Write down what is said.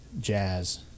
jazz